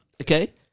okay